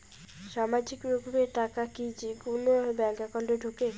সামাজিক প্রকল্পের টাকা কি যে কুনো ব্যাংক একাউন্টে ঢুকে?